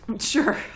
sure